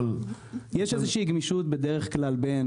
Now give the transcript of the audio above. אבל --- יש איזושהי גמישות בדרך כלל בין